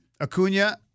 Acuna